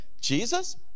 Jesus